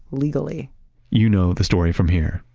legally you know the story from here.